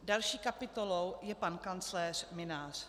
Další kapitolou je pan kancléř Mynář.